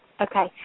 Okay